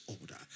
order